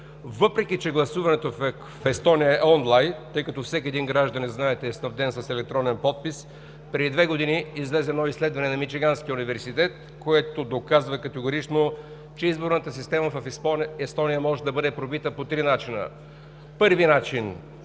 въпреки, че гласуването в Естония е онлайн, тъй като всеки един гражданин, знаете, е снабден с електронен подпис, преди две години излезе едно изследване на Мичиганския университет, което доказва категорично, че изборната система в Естония може да бъде пробита по три начина: първи начин –